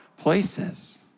places